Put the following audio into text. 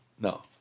no